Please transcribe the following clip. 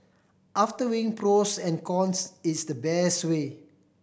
after weighing pros and cons it's the best way